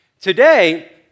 Today